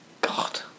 God